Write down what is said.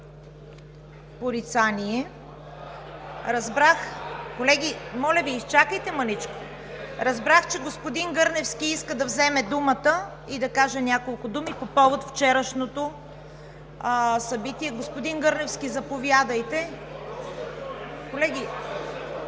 за България“.) Колеги, моля Ви, изчакайте мъничко. Разбрах, че господин Гърневски иска да вземе думата и да каже няколко думи по повод вчерашното събитие. Господин Гърневски, заповядайте. Колеги,